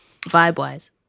Vibe-wise